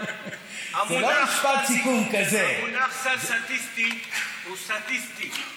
אבל המונח סל סטטיסטי הוא סטטיסטי.